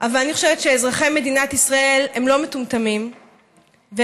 אבל אני חושבת שאזרחי מדינת ישראל הם לא מטומטמים והם